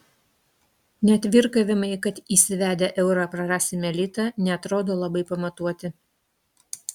net virkavimai kad įsivedę eurą prarasime litą neatrodo labai pamatuoti